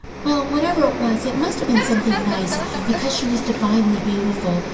well, whatever it was it must have been something nice because she was divinely beautiful.